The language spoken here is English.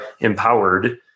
empowered